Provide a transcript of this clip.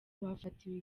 bafatiwe